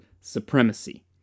Supremacy